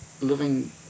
living